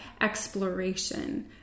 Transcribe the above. exploration